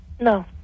no